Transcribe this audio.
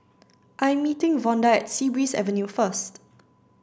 I'm meeting Vonda at Sea Breeze Avenue first